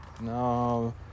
No